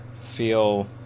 feel